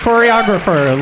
Choreographer